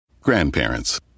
Grandparents